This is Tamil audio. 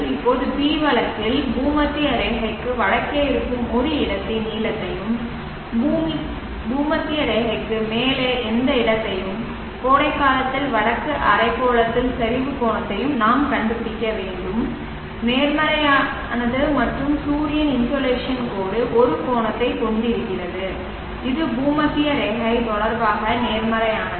இப்போது B வழக்கில் பூமத்திய ரேகைக்கு வடக்கே இருக்கும் ஒரு இடத்தின் நீளத்தையும் பூமத்திய ரேகைக்கு மேலே எந்த இடத்தையும் கோடைகாலத்தில் வடக்கு அரைக்கோளத்தில் சரிவு கோணத்தையும் நாம் கண்டுபிடிக்க வேண்டும் நேர்மறையானது மற்றும் சூரியன் இன்சோலேஷன் கோடு ஒரு கோணத்தைக் கொண்டிருக்கிறது இது பூமத்திய ரேகை தொடர்பாக நேர்மறையானது